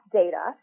data